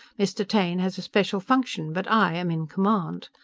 mr. taine has a special function, but i am in command!